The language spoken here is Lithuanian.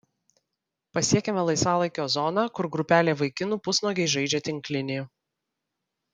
pasiekiame laisvalaikio zoną kur grupelė vaikinų pusnuogiai žaidžia tinklinį